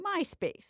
MySpace